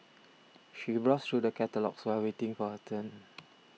she browsed through the catalogues while waiting for her turn